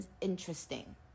interesting